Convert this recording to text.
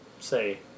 say